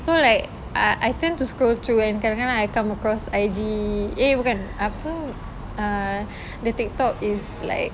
so like I I tend to scroll through and kadang-kadang I come across I_G eh bukan apa uh the TikTok is like